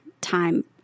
time